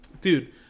dude